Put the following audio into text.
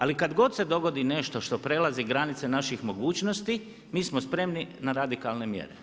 Ali kad god se dogodi nešto što prelazi granice naših mogućnosti, mi smo spremni na radikalne mjere.